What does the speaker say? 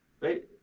right